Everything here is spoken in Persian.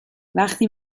وقتی